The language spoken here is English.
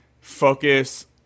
focus